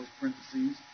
parentheses